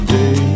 day